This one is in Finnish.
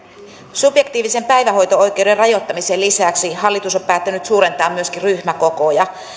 subjektiivisen päivähoito oikeuden rajoittamisen lisäksi hallitus on päättänyt suurentaa myöskin ryhmäkokoja